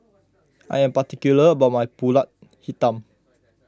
I am particular about my Pulut Hitam